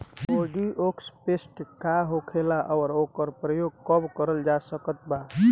Bordeaux paste का होखेला और ओकर प्रयोग कब करल जा सकत बा?